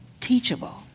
teachable